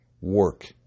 work